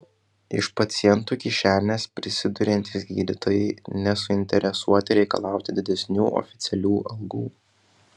iš pacientų kišenės prisiduriantys gydytojai nesuinteresuoti reikalauti didesnių oficialių algų